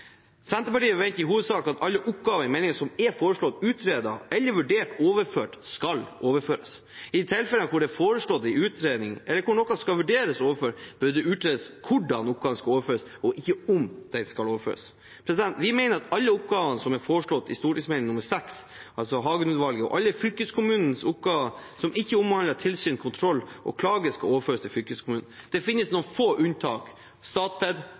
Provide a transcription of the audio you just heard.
Senterpartiet forventer i hovedsak at alle oppgaver i meldingen som er foreslått utredet eller vurdert overført, skal overføres. I de tilfeller der det er foreslått utredning, eller der noe skal vurderes overført, bør det utredes hvordan oppgaven skal overføres, ikke om den skal overføres. Vi mener alle oppgaver som er foreslått i Meld. St. 6 for 2018–2019 og av Hagen-utvalget, og alle Fylkesmannens oppgaver som ikke omhandler tilsyn, kontroll eller klage, skal overføres til fylkeskommunen. Det finnes noen få unntak: Statped,